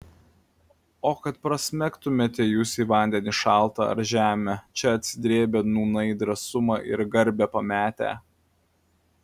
o kad prasmegtumėte jūs į vandenį šaltą ar žemę čia atsidrėbę nūnai drąsumą ir garbę pametę